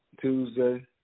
Tuesday